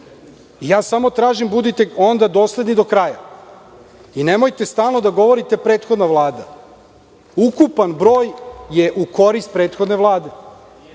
Ja samo tražim, budite onda dosledni do kraja, i nemojte stalno da govorite – prethodna Vlada. Ukupan broj je u korist prethodne